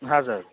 হ্যাঁ স্যার